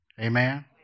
Amen